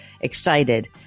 excited